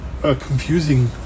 confusing